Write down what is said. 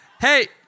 Hey